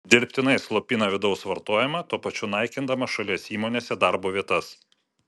dirbtinai slopina vidaus vartojimą tuo pačiu naikindama šalies įmonėse darbo vietas